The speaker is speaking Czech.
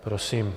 Prosím.